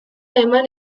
eman